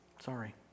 Sorry